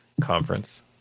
conference